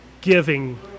Giving